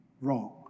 wrong